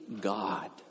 God